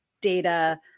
data